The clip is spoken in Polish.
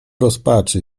rozpaczy